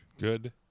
Good